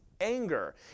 anger